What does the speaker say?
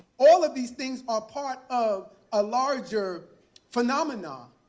all of these things are part of a larger phenomenon,